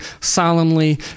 solemnly